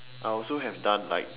I also have done like